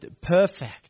perfect